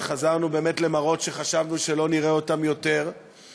שעומדות לרשותך מרגע זה.